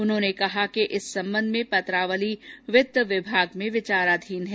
उन्होंने कहा कि इस संबंध में पत्रावली वित्त विभाग में विचाराधीन है